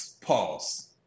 Pause